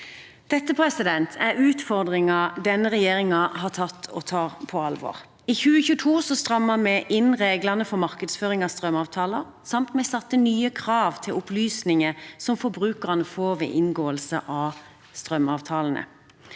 Dette er utfordringer denne regjeringen har tatt, og tar, på alvor. I 2022 strammet vi inn reglene for markedsføring av strømavtaler, og vi stilte nye krav til opplysninger som forbrukerne får ved inngåelse av strømavtaler.